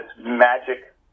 magic